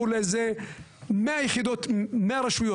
מול איזה 100 רשויות.